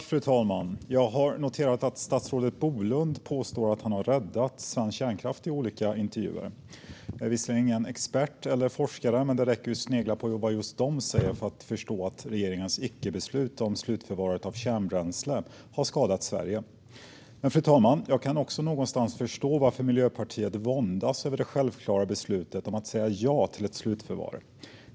Fru talman! Jag har noterat att statsrådet Bolund i olika intervjuer påstår att han har räddat svensk kärnkraft. Jag är visserligen ingen expert eller forskare, men det räcker med att snegla på vad just de säger för att förstå att regeringens icke-beslut om slutförvaret av kärnbränsle har skadat Sverige. Fru talman! Jag kan också någonstans förstå varför Miljöpartiet våndas över det självklara beslutet om att säga ja till ett slutförvar.